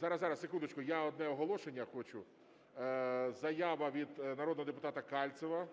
Зараз, секундочку, я одне оголошення хочу. Заява від народного депутата Кальцева.